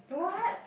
what